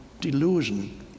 delusion